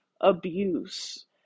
abuse